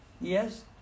Yes